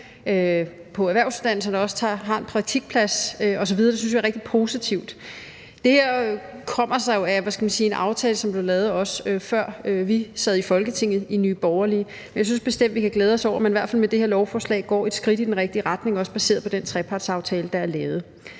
på erhvervsuddannelserne også har en praktikplads osv. Det synes vi er rigtig positivt. Det her kommer jo af en aftale, som blev lavet, også før vi i Nye Borgerlige sad i Folketinget. Jeg synes bestemt, vi kan glæde os over, at man i hvert fald med det her lovforslag går et skridt i den rigtige retning, også baseret på den trepartsaftale, der er lavet.